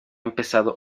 empezado